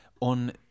on